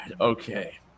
Okay